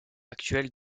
actuelle